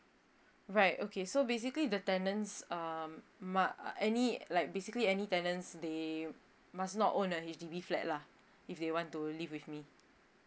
right okay so basically the tenants um mu~ uh any like basically any tenants they must not own a H_D_B flat lah if they want to live with me